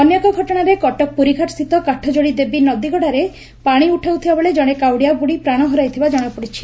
ଅନ୍ୟଏକ ଘଟଶାରେ କଟକ ପୁରୀଘାଟସ୍ସିତ କାଠଯୋଡ଼ୀ ନଦୀ ଦେବୀଗଡ଼ାରେ ପାଶି ଉଠାଉଥିବା ବେଳେ ଜଶେ କାଉଡ଼ିଆ ବୁଡ଼ି ପ୍ରାଶ ହରାଇଥିବା ଜଣାପଡ଼ିଛି